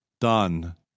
done